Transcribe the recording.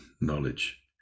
knowledge